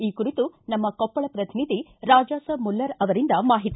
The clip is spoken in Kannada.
ಈ ಕುರಿತು ನಮ್ಮ ಕೊಪ್ಪಳ ಪ್ರತಿನಿಧಿ ರಾಜಾಸಾಬ್ ಮುಲ್ಲಾರ ಅವರಿಂದ ಮಾಹಿತಿ